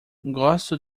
gosto